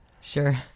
Sure